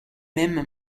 même